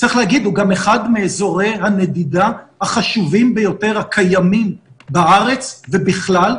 הוא גם אחד מאזורי הנדידה החשובים ביותר הקיימים בארץ ובכלל,